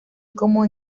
como